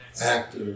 Actor